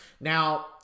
Now